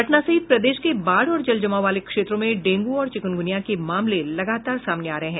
पटना सहित प्रदेश के बाढ़ और जल जमाव वाले क्षेत्रों में डेंगू और चिकुनगुनिया के मामले लगातार सामने आ रहे हैं